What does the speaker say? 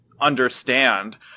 understand